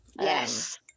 Yes